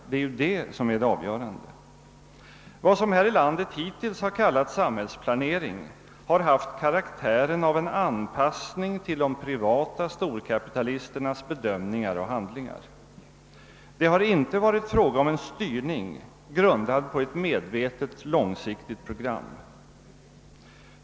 Det är ju det som är avgörande. Vad som i vårt land hittills kallats samhällsplanering har haft karaktären av en anpassning till de privata storkapitalisternas bedömningar och handlingar. Det har inte varit fråga om en styrning, grundad på ett medvetet, långsiktigt program.